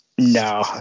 No